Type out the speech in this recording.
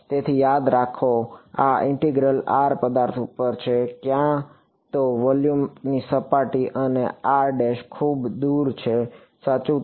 તેથી યાદ રાખો આ ઇન્ટેગ્રલ r પદાર્થ ઉપર છે ક્યાં તો વોલ્યુમની સપાટી અને r ખૂબ દૂર છે સાચું